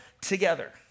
together